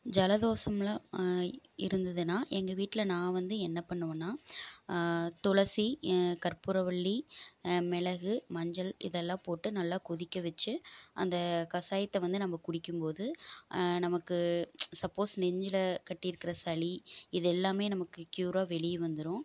ஜலதோஷம்லாம் இருந்துதுன்னால் எங்கள் வீட்டில் நான் வந்து என்ன பண்ணுவேன்னால் துளசி கற்பூரவள்ளி மிளகு மஞ்சள் இதெல்லாம் போட்டு நல்லா கொதிக்க வச்சு அந்த கஷாயத்த வந்து நம்ம குடிக்கும்போது நமக்கு சப்போஸ் நெஞ்சில் கட்டி இருக்கிற சளி இது எல்லாமே நமக்கு க்யூராக வெளியே வந்துடும்